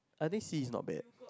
I think sea is not bad